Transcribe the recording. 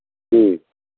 ठीक